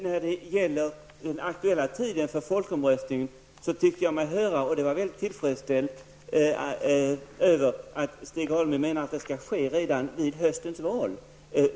När det gäller tiden för folkomröstning tyckte jag mig höra -- och det var jag mycket tillfredsställd över -- att Stig Alemyr menar att den skall ske redan vid höstens val.